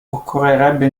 occorrerebbe